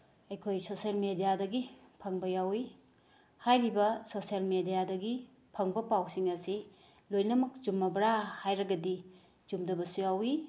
ꯑꯩꯈꯣꯏ ꯁꯣꯁꯦꯜ ꯃꯦꯗꯤꯌꯥꯗꯒꯤ ꯐꯪꯕ ꯌꯥꯎꯋꯤ ꯍꯥꯏꯔꯤꯕ ꯁꯣꯁꯦꯜ ꯃꯦꯗꯤꯌꯥꯗꯒꯤ ꯐꯪꯕ ꯄꯥꯎꯁꯤꯡ ꯑꯁꯤ ꯂꯣꯏꯅꯃꯛ ꯆꯨꯝꯃꯕ꯭ꯔꯥ ꯍꯥꯏꯔꯒꯗꯤ ꯆꯨꯝꯗꯕꯁꯨ ꯌꯥꯎꯋꯤ